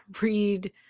read